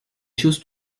choses